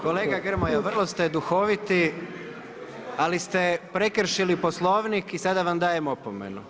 Kolega Grmoja vrlo ste duhoviti, ali ste prekršili poslovnik i sada vam dajem opomenu.